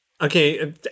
Okay